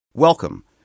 Welcome